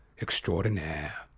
extraordinaire